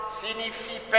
signifie